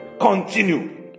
Continue